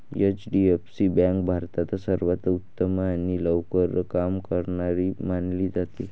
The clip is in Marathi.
एच.डी.एफ.सी बँक भारतात सर्वांत उत्तम आणि लवकर काम करणारी मानली जाते